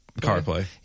CarPlay